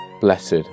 blessed